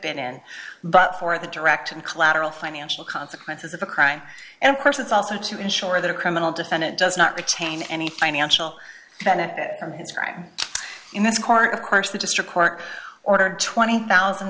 been in but for the direct and collateral financial consequences of the crime and of course it's also to ensure that a criminal defendant does not retain any financial benefit from his crime in this court of course the district court ordered twenty one thousand